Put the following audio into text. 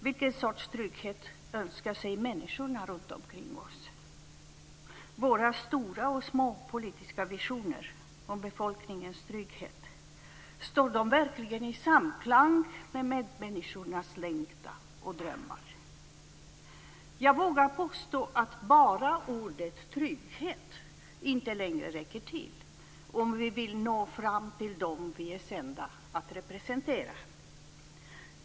Vilken sorts trygghet önskar sig människorna runt omkring oss? Våra stora och små politiska visioner om befolkningens trygghet - står de verkligen i samklang med medmänniskornas längtan och drömmar? Jag vågar påstå att bara ordet trygghet inte längre räcker till, om vi vill nå fram till dem vi är sända att representera.